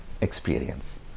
experience